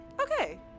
Okay